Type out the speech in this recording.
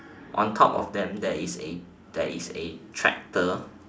on top of them there is a there is a tractor